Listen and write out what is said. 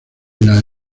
las